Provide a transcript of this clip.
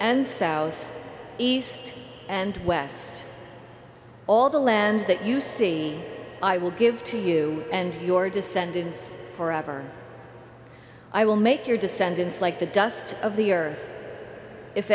and south east and west all the land that you see i will give to you and your descendants forever i will make your descendants like the dust of the earth if